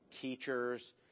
teachers